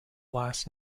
last